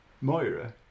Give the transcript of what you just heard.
Moira